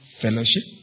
fellowship